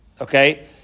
Okay